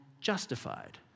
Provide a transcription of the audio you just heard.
Justified